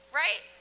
right